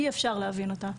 אי אפשר להבין אותה.